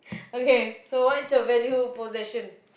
okay so what's your value possession